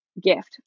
gift